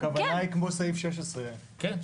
הכוונה היא כמו סעיף 16. כן.